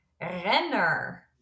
renner